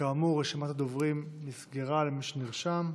כאמור, רשימת הדוברים נסגרה, למי שנרשם.